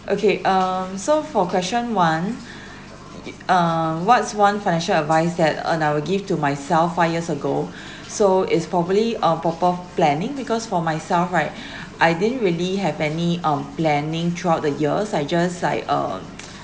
okay um so for question one uh what's one financial advice that I will give to myself five years ago so is probably uh proper planning because for myself right I didn't really have any on planning throughout the years I just like um